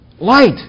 light